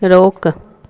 रोक